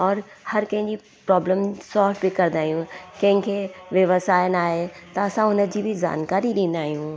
और हर कंहिंजी प्रॉब्लम सॉल्व बि कंदा आहियूं कंहिंखे व्यवसाय न आहे त असां हुनजी बि जानकारी ॾींदा आहियूं